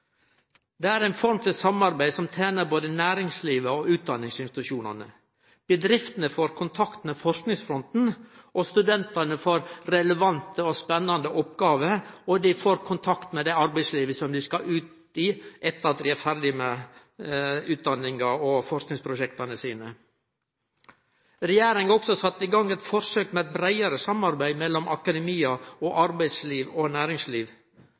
Det er ei form for samarbeid som tener både næringslivet og utdanningsinstitusjonane. Bedriftene får kontakt med forskingsfronten, og studentane kan få relevante og spennande oppgåver og kontakt med det arbeidslivet som dei skal ut i etter at dei er ferdige med utdanningane og forskingsprosjekta sine. Regjeringa har også sett i gang eit forsøk med eit breiare samarbeid mellom akademia, arbeidsliv og næringsliv.